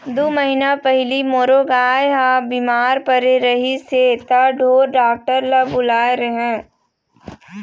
दू महीना पहिली मोरो गाय ह बिमार परे रहिस हे त ढोर डॉक्टर ल बुलाए रेहेंव